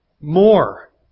more